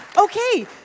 Okay